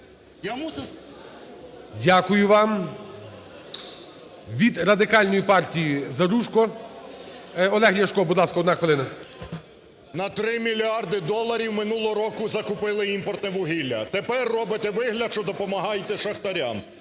Дякую вам. Від Радикальної партіїЗаружко. Олег Ляшко, будь ласка, 1 хвилина. 11:45:20 ЛЯШКО О.В. На 3 мільярди доларів минулого року закупили імпортне вугілля. Тепер робите вигляд, що допомагаєте шахтарям.